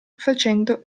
facendo